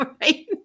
right